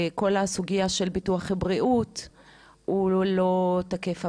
וגם את כל הסוגייה של ביטוח הבריאות לא תקפה עבורו.